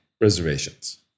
reservations